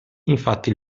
infatti